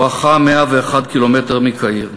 בואכה 101 ק"מ מקהיר.